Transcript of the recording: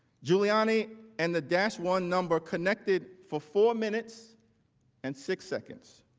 giuliani and the dash one number connected for four minutes and six seconds.